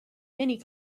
many